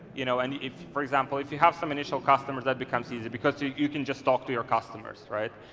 you know and if for example if you have some initial customers, that becomes easy, because you you can just talk to your customers right.